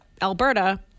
Alberta